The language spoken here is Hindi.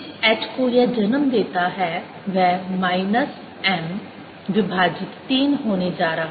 तो जिस h को यह जन्म देता है वह माइनस m विभाजित तीन होने जा रहा है